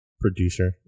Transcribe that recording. producer